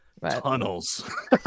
Tunnels